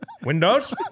Windows